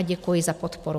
Děkuji za podporu.